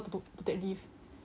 to take leave